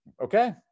okay